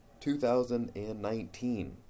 2019